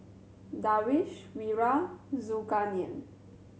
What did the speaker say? Darwish Wira Zulkarnain